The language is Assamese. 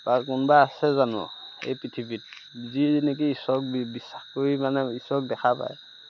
বা কোনোবা আছে জানো এই পৃথিৱীত যি নেকি ঈশ্বৰক বিশ্বাস কৰি মানে ঈশ্বৰক দেখা পায়